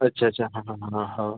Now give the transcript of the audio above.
अच्छा अच्छा हां हां हां हां हो